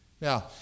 Now